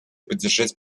поддержать